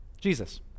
Jesus